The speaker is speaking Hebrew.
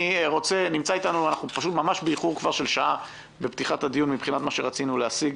אנחנו באיחור של שעה מבחינת מה שרצינו להשיג.